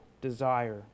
desire